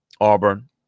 Auburn